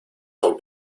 son